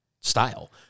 style